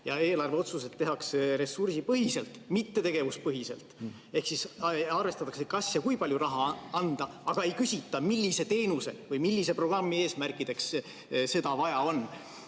ja eelarveotsused tehakse ressursipõhiselt, mitte tegevuspõhiselt. Ehk siis arvestatakse, kas ja kui palju raha anda, aga ei küsita, millise teenuse või millise programmi eesmärkideks seda vaja on.